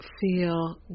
feel